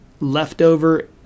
leftover